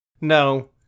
no